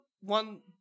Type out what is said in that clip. one